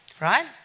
right